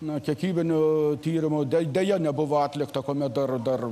na kiekybinių tyrimo de deja nebuvo atlikta kuomet dar dar